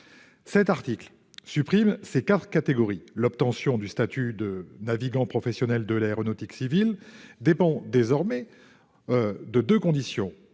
Cet article supprime ces quatre catégories. L'obtention du statut de navigant professionnel de l'aéronautique civile dépendrait désormais de deux conditions